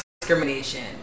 discrimination